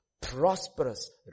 prosperous